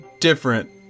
different